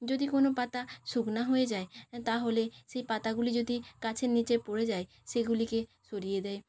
যদি কোনো পাতা শুকনো হয়ে যায় তাহলে সেই পাতাগুলি যদি গাছের নিচে পড়ে যায় সেগুলিকে সরিয়ে দেয়